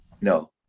no